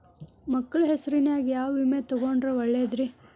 ಮಕ್ಕಳ ಹೆಸರಿನ್ಯಾಗ ಯಾವ ವಿಮೆ ತೊಗೊಂಡ್ರ ಒಳ್ಳೆದ್ರಿ?